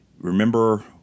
remember